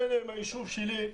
ביניהם גם הישוב שלי,